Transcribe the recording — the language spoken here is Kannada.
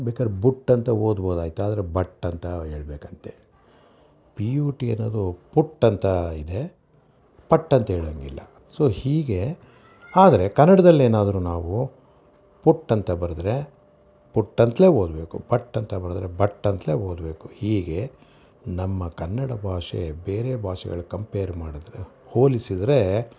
ಬೇಕಾದ್ರೆ ಬುಟ್ ಅಂತ ಓದ್ಬೋದು ಆಯ್ತಾ ಆದರೆ ಬಟ್ ಅಂತ ಹೇಳ್ಬೇಕು ಅಂತೆ ಪಿ ಯು ಟಿ ಏನಾದ್ರು ಪುಟ್ ಅಂತ ಇದೆ ಪಟ್ ಅಂತ ಹೇಳೋಂಗಿಲ್ಲ ಸೊ ಹೀಗೆ ಆದರೆ ಕನ್ನಡದಲ್ಲಿ ಏನಾದ್ರೂ ನಾವು ಪುಟ್ ಅಂತ ಬರೆದ್ರೆ ಪುಟ್ ಅಂತಲೇ ಓದಬೇಕು ಬಟ್ ಅಂತ ಬರೆದ್ರೆ ಬಟ್ ಅಂತಲೇ ಓದಬೇಕು ಹೀಗೆ ನಮ್ಮ ಕನ್ನಡ ಭಾಷೆ ಬೇರೆ ಭಾಷೆಗಳಿಗೆ ಕಂಪೇರ್ ಮಾಡಿದರೆ ಹೋಲಿಸಿದರೆ